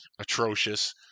atrocious